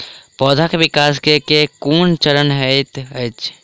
पौधाक विकास केँ केँ कुन चरण हएत अछि?